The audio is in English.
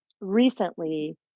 recently